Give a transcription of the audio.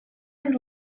has